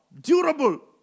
durable